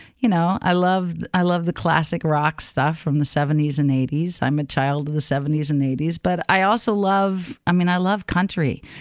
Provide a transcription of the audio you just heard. you know, i love i love the classic rock stuff from the seventy s and eighty s. i'm a child of the seventy s and eighty s. but i also love i mean, i love country.